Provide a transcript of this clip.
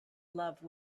love